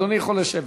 אדוני יכול לשבת.